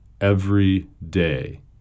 everyday